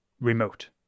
remote